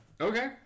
Okay